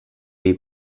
dei